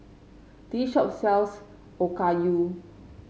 this shop sells Okayu